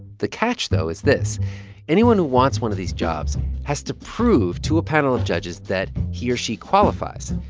the catch, though, is this anyone who wants one of these jobs has to prove to a panel of judges that he or she qualifies.